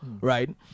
Right